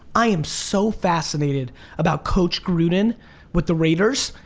i am so fascinated about coach gruden with the raiders.